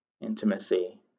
Intimacy